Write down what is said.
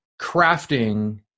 crafting